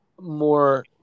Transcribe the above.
more